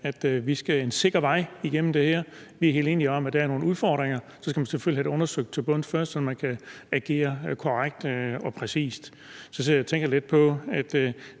Vi skal en sikker vej igennem det her, vi er helt enige i, at der er nogle udfordringer, og så skal man selvfølgelig først have dem undersøgt til bunds, så man kan agere korrekt og præcist. Så sidder jeg og tænker